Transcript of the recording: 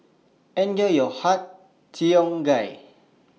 Enjoy your Har Cheong Gai